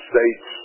States